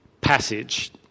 passage